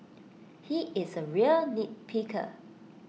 he is A real nitpicker